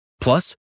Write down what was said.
Plus